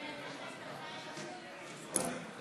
ההצעה להעביר את הצעת חוק הרשות הלאומית